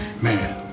Man